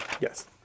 Yes